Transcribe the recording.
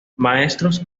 maestros